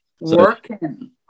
Working